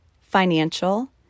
financial